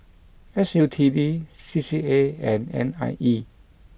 S U T D C C A and N I E